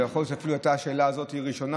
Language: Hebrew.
ויכול להיות שאפילו השאלה הזאת עלתה ראשונה,